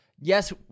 yes